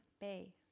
Bay